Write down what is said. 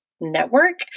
network